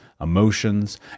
emotions